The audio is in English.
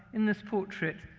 in this portrait,